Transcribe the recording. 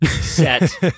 set